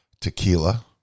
tequila